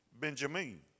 Benjamin